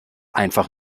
einfach